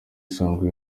isango